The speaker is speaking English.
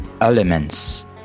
Elements